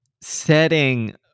setting